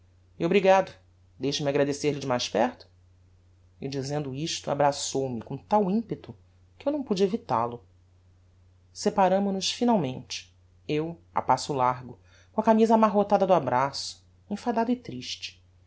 e obrigado deixa-me agradecer-lhe de mais perto e dizendo isto abraçou-me com tal impeto que eu não pude evital o separamo-nos finalmente eu a passo largo com a camisa amarrotada do abraço enfadado e triste